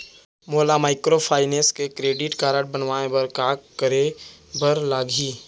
मोला माइक्रोफाइनेंस के credit card बनवाए बर का करे बर लागही?